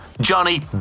Johnny